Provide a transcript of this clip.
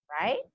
right